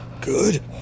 Good